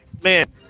man